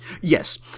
Yes